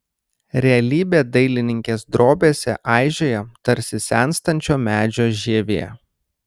realybė dailininkės drobėse aižėja tarsi senstančio medžio žievė